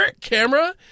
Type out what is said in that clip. camera